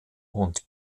und